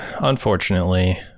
unfortunately